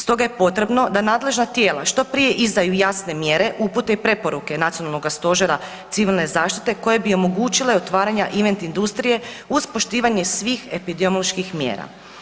Stoga je potrebo da nadležna tijela što prije izdaju jasne mjere, upute i preporuke Nacionalnoga stožera civilne zaštite koje bi omogućile otvaranja event industrije uz poštivanje svih epidemioloških mjera.